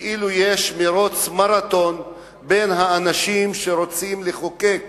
כאילו יש מירוץ מרתון בין האנשים שרוצים לחוקק